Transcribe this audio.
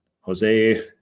Jose